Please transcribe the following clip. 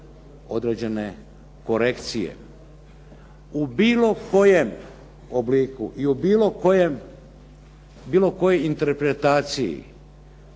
određene korekcije. U bilo kojem obliku i u bilo kojoj interpretaciji